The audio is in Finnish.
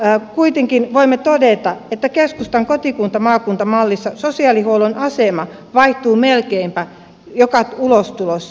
samalla kuitenkin voimme todeta että keskustan kotikuntamaakunta mallissa sosiaalihuollon asema vaihtuu melkeinpä joka ulostulossa